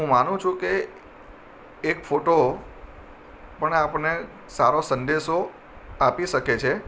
હું માનું છું કે એક ફોટો પણ આપણને સારો સંદેશો આપી શકે છે